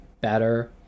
better